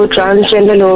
Transgender